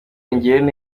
ngirente